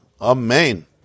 Amen